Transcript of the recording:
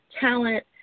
talent